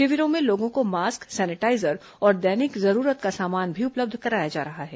शिविरों में लोगों को मास्क सैनिटाईजर और दैनिक जरूरत का सामान भी उपलब्ध कराया जा रहा है